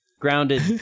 Grounded